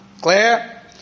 Claire